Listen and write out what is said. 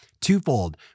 twofold